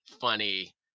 funny